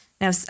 Now